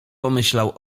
pomyślał